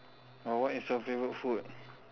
oh what is your favorite food